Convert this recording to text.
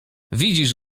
widzisz